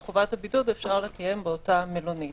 אפשר לקיים אותה באותה מלונית.